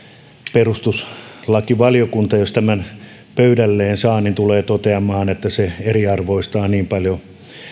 perustuslakivaliokunta jos tämän pöydälleen saa tulee toteamaan että se eriarvoistaa niin paljon